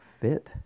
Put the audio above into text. fit